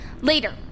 Later